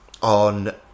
on